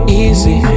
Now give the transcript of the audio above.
easy